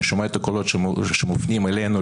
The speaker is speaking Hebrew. אני שומע את הקולות שמופנים אלינו,